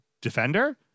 defender